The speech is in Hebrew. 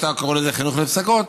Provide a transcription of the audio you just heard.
שאתה קורא לו חינוך לפסגות,